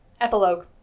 Epilogue